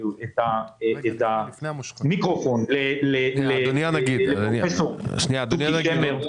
המיקרופון לפרופ' שוקי שמר.